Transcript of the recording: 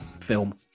film